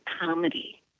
comedy